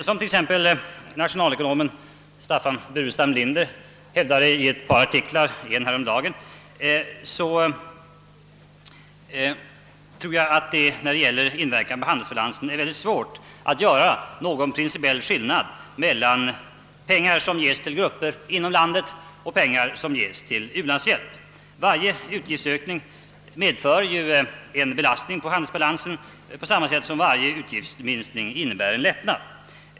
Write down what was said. Som t.ex. nationalekonomen Staffan Burenstam Linder har hävdat i ett par artiklar, därav en häromdagen, tror jag att när det gäller inverkan på handelsbalansen är det mycket svårt att göra någon principiell skillnad mellan pengar som ges till grupper inom landet och pengar som ges till u-landshjälp. Varje utgiftsökning medför en belastning på handelsbalansen, på samma sätt som varje utgiftsminskning innebär en lättnad.